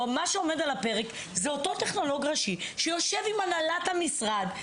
מה שעומד על הפרק זה אותו טכנולוג ראשי שיושב עם הנהלת המשרד,